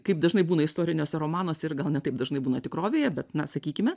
kaip dažnai būna istoriniuose romanuose ir gal ne taip dažnai būna tikrovėje bet na sakykime